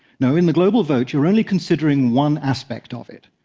no, in the global vote, you're only considering one aspect of it,